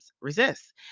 resist